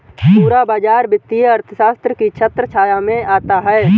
पूरा बाजार वित्तीय अर्थशास्त्र की छत्रछाया में आता है